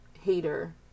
hater